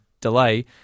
delay